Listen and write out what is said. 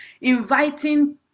inviting